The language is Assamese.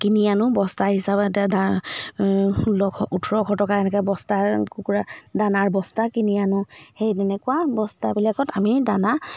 কিনি আনো বস্তা হিচাপে এটা ষোল্লশ ওঠৰশ টকা এনেকৈ বস্তা কুকুৰা দানাৰ বস্তা কিনি আনো সেই তেনেকুৱা বস্তাবিলাকত আমি দানা